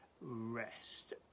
rest